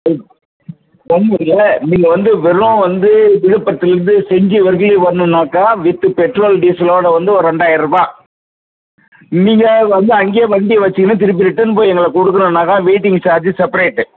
ம் ஒன்றும் இல்லை நீங்கள் வந்து வெறும் வந்து விழுப்பரத்துலேருந்து செஞ்சி வரையிலும் வரணுன்னாக்கா வித்து பெட்ரோல் டீசலோடு வந்து ஒரு ரெண்டாயரரூபா நீங்கள் வந்து அங்கேயே வண்டி வெச்சுக்கின்னு திருப்பி ரிட்டன் போய் எங்களுக்கு கொடுக்கணுன்னாக்கா வெயிட்டிங் சார்ஜு செப்பரேட்டு